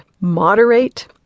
moderate